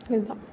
இதுதான்